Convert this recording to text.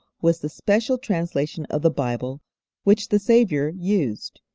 was the special translation of the bible which the saviour used.